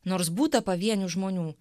nors būta pavienių žmonių